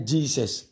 Jesus